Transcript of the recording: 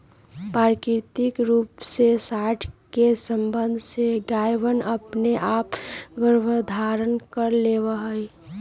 प्राकृतिक रूप से साँड के सबंध से गायवनअपने आप गर्भधारण कर लेवा हई